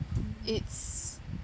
it's